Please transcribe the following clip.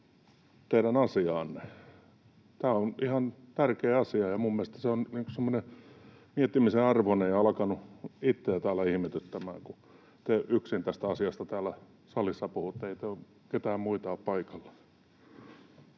teidän asiaanne? Tämä on ihan tärkeä asia, ja minun mielestäni se on semmoinen miettimisen arvoinen ja alkanut itseä täällä ihmetyttämään, kun te yksin tästä asiasta täällä salissa puhutte eikä ketään muita ole paikalla.